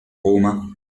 roma